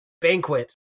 banquet